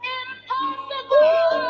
impossible